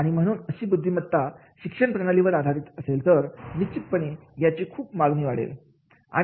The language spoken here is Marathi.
आणि म्हणून अशी बुद्धिमत्ता शिक्षण प्रणालीवर आधारित असेल तर निश्चितपणे याची खूप मागणी वाढेल